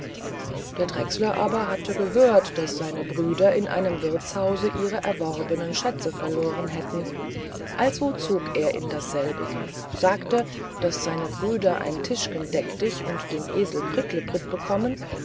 der drechsler aber hatte gehört daß seine brüder in einem wirthshause ihre erworbene schätze verloren hätten also zog er in dasselbige sagte daß seine brüder ein tischgen deck dich und den esel bricklebrit bekommen